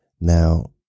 now